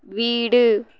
வீடு